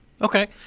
Okay